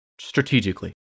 Strategically